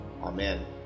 Amen